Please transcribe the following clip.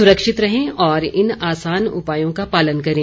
सुरक्षित रहें और इन आसान उपायों का पालन करें